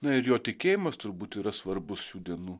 na ir jo tikėjimas turbūt yra svarbus šių dienų